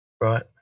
Right